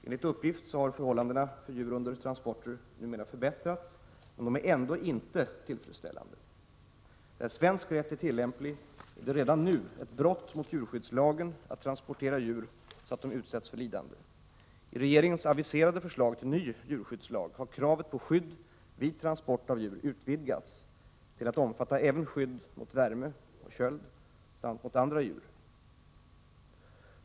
Enligt uppgift har förhållandena för djur under transporter numera förbättrats, men de är ändå inte tillfredsställande. Där svensk rätt är tillämplig är det redan nu ett brott mot djurskyddslagen att transportera djur så att de utsätts för lidande. I regeringens aviserade förslag till ny djurskyddslag har kravet på skydd vid transport av djur utvidgats till att omfatta även skydd mot värme och köld samt mot andra djur.